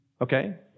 okay